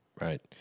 Right